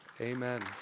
Amen